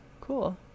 Cool